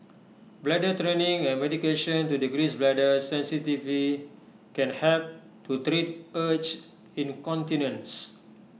bladder training and medication to decrease bladder sensitivity can help to treat urge incontinence